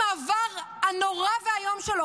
עם העבר הנורא והאיום שלו.